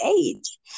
age